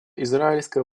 израильско